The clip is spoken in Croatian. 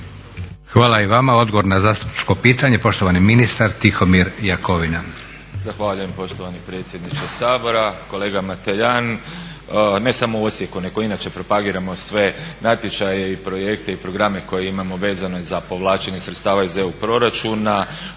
Hvala i vama. Odgovor na zastupničko pitanje poštovani ministar Tihomir Jakovina.